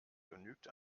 genügt